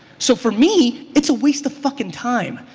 so for me it's a waste of fuckin' time.